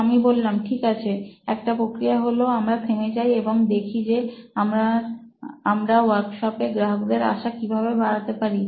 তো আমি বললাম ঠিক আছে একটা প্রক্রিয়া হল আমরা থেমে যাই এবং দেখি যে আমরা ওয়ার্কশপে গ্রাহকদের আসা কিভাবে বাড়াতে পারি